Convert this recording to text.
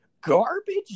garbage